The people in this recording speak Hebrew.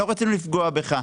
לא רצינו לפגוע בך.